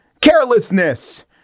carelessness